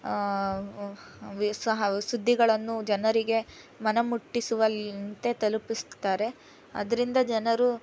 Visa ಸುದ್ದಿಗಳನ್ನು ಜನರಿಗೆ ಮನಮುಟ್ಟಿಸುವಂತೆ ತಲಪಿಸ್ತಾರೆ ಅದರಿಂದ ಜನರು